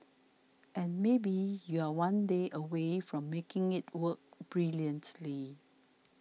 and maybe you're one day away from making it work brilliantly